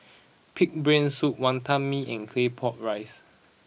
Pig'S Brain Soup Wantan Mee and Claypot Rice